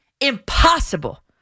impossible